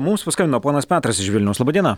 mums paskambino ponas petras iš vilniaus laba diena